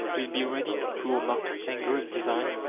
will be ready to draw maps, engrave designs,